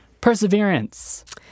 perseverance